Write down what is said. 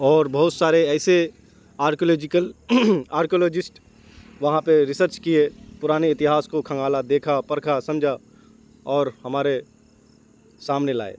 اور بہت سارے ایسے آرکولوجیکل آرکولوجسٹ وہاں پہ ریسرچ کیے پرانے اتہاس کو کھنگالا دیکھا پرکھا سمجھا اور ہمارے سامنے لائے